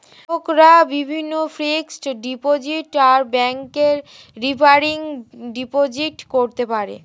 গ্রাহকরা বিভিন্ন fixed deposit আর ব্যাংকে রেকারিং ডিপোজিট করতে পারে